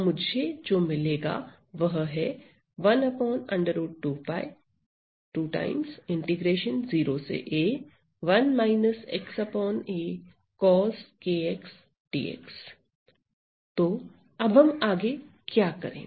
तो मुझे जो मिलेगा वह है तो अब हम आगे क्या करें